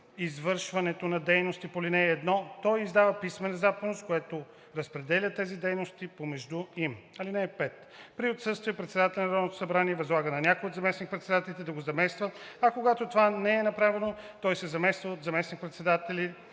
извършването на дейности по ал. 1, той издава писмена заповед, с която разпределя тези дейности помежду им. (5) При отсъствие председателят на Народното събрание възлага на някой от заместник-председателите да го замества, а когато това не е направено, той се замества от заместник-председателя,